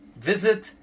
visit